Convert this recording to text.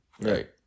Right